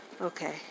Okay